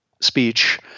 speech